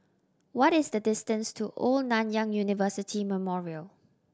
what is the distance to Old Nanyang University Memorial